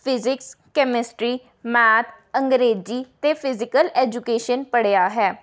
physics chemistry math ਅੰਗਰੇਜ਼ੀ ਅਤੇ physical education ਪੜ੍ਹਿਆ ਹੈ